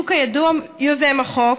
שהוא כידוע יוזם החוק,